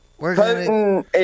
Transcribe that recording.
Putin